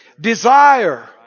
desire